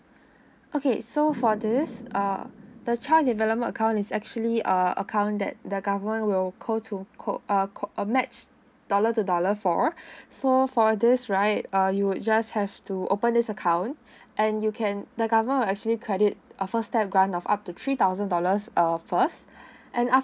okay so for this uh the child development account is actually uh account that the government will co to co uh co uh match dollar to dollar for so for this right uh you would just have to open this account and you can the government will actually credit a first step grant of up to three thousand dollars uh first and after